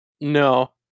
no